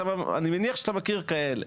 אני מניח שאתה מכיר כאלה,